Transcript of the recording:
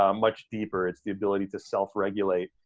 um much deeper. it's the ability to self-regulate.